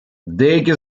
деякі